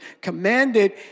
commanded